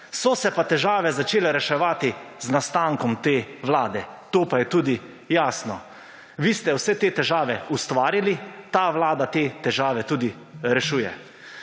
So se pa težave začele reševati z nastankom te Vlade, to pa je tudi jasno. Vi ste vse te težave ustvarili. Ta Vlada te težave tudi rešuje.